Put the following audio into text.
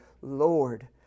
Lord